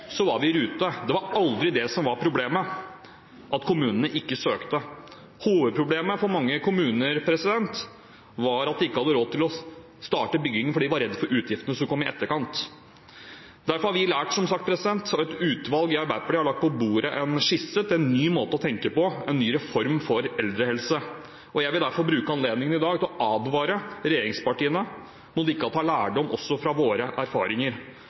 var vi i rute. At kommunene ikke søkte, var aldri det som var problemet. Hovedproblemet for mange kommuner var at de ikke hadde råd til å starte byggingen fordi de var redde for at utgiftene skulle komme i etterkant. Derfor har vi lært, som sagt, og et utvalg i Arbeiderpartiet har lagt på bordet en skisse til en ny måte å tenke på – en ny reform for eldrehelse. Jeg vil derfor bruke anledningen i dag til å advare regjeringspartiene mot ikke å ta lærdom også fra våre erfaringer.